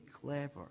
clever